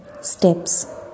steps